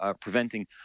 preventing